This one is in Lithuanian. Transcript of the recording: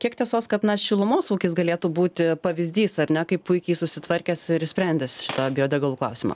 kiek tiesos kad na šilumos ūkis galėtų būti pavyzdys ar ne kaip puikiai susitvarkęs ir išsprendęs šitą biodegalų klausimą